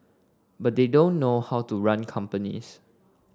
but they don't know how to run companies